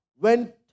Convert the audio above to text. went